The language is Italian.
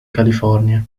california